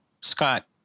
Scott